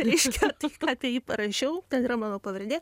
reiškia tai ką apie jį parašiau ten yra mano pavardė